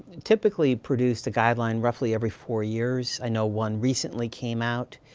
typically produced a guideline, roughly every four years. i know one recently came out.